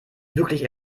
wirklich